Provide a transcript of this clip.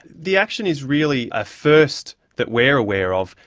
the action is really a first that we're aware of,